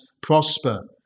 prosper